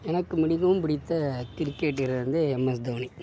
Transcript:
எனக்கு மிகவும் பிடித்த கிரிக்கெட் வீரர் வந்து எம் எஸ் தோனி